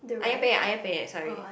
Ayam-Penyet Ayam-Penyet sorry